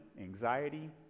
anxiety